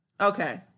Okay